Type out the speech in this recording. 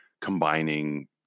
combining